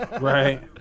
Right